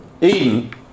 Eden